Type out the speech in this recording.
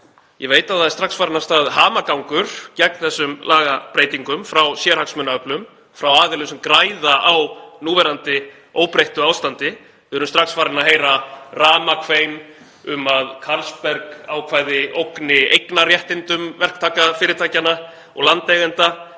Ég veit að það er strax farinn af stað hamagangur gegn þessum lagabreytingum frá sérhagsmunaöflum, frá aðilum sem græða á núverandi óbreyttu ástandi. Við erum strax farin að heyra ramakvein um að Carlsberg-ákvæði ógni eignarréttindum verktakafyrirtækjanna og landeigenda.